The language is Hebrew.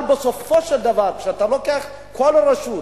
אבל בסופו של דבר, כשאתה לוקח כל רשות,